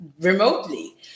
remotely